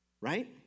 Right